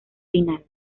final